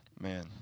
Man